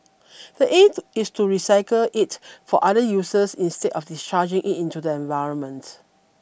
the aim is to recycle it for other users instead of discharging it into the environment